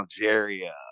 Algeria